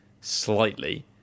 slightly